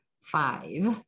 five